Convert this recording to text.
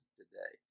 today